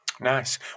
Nice